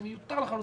זה מיותר לחלוטין.